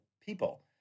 people